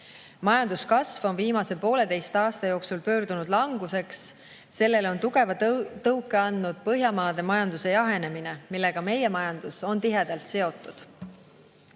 Majanduskasv on viimase poolteise aasta jooksul pöördunud languseks. Sellele on tugeva tõuke andnud Põhjamaade majanduse jahenemine, millega meie majandus on tihedalt seotud.